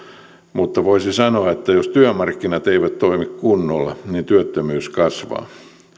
mutta voisi sanoa että jos työmarkkinat eivät toimi kunnolla niin työttömyys kasvaa